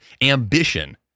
ambition